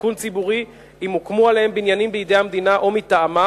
כשיכון ציבורי אם הוקמו עליהם בניינים בידי המדינה או מטעמה